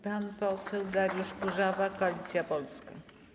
Pan poseł Dariusz Kurzawa, Koalicja Polska.